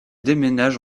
déménage